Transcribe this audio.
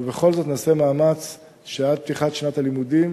ובכל זאת נעשה מאמץ שעד פתיחת שנת הלימודים